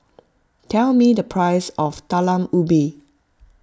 tell me the price of Talam Ubi